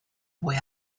boy